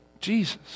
Jesus